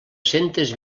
centes